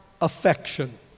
affection